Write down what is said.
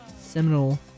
seminal